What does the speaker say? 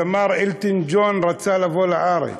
הזמר אלטון ג'ון רצה לבוא לארץ,